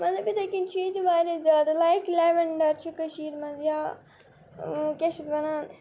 مطلب یِتھٕے کٔنۍ چھِ ییٚتہِ واریاہ زیادٕ لایِک لیونڈَر چھِ کٔشیٖرِ منٛز یا کیٛاہ چھِ اَتھ وَنان